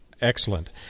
Excellent